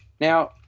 Now